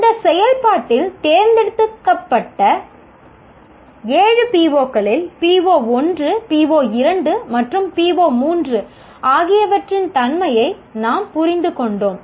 இந்த செயல்பாட்டில் தேர்ந்தெடுக்கப்பட்ட ஏழு POக்களில் PO1 PO2 மற்றும் PO3 ஆகியவற்றின் தன்மையை நாம் புரிந்துகொண்டோம்